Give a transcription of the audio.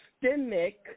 systemic